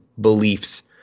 beliefs